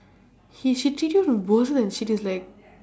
he she treat you and she just like